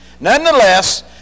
nonetheless